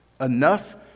Enough